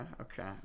okay